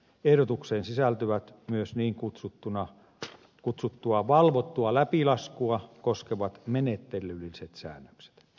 ehdotukseen sisältyvät myös niin kutsuttua valvottua läpilaskua koskevat menettelylliset säännökset